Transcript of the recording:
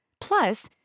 Plus